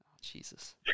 Jesus